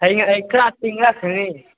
ꯍꯌꯦꯡ ꯑꯩ ꯈꯔ ꯊꯦꯡꯂꯛꯀꯅꯤ